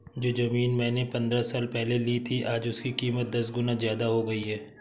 जो जमीन मैंने पंद्रह साल पहले ली थी, आज उसकी कीमत दस गुना जादा हो गई है